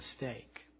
mistake